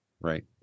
Right